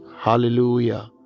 Hallelujah